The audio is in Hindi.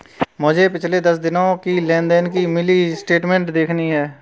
मुझे पिछले दस दिनों की लेन देन की मिनी स्टेटमेंट देखनी है